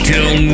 Till